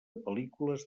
pel·lícules